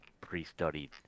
pre-studied